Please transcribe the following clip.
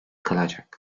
kalacak